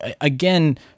again